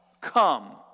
come